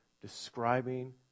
describing